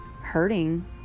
hurting